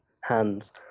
hands